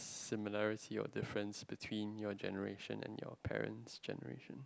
similarity or difference between your generation and your parent's generation